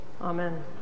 Amen